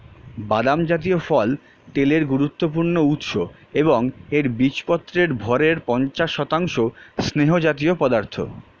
বাদাম জাতীয় ফল তেলের গুরুত্বপূর্ণ উৎস এবং এর বীজপত্রের ভরের পঞ্চাশ শতাংশ স্নেহজাতীয় পদার্থ